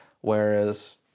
Whereas